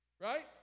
right